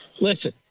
Listen